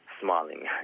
smiling